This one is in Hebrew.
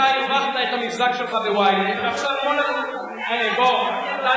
סליחה, למה לא הערת לקודמי?